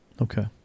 Okay